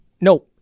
no